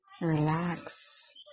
relax